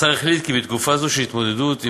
השר החליט כי בתקופה זו של התמודדות עם